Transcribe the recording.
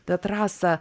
bet rasa